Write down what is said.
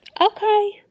Okay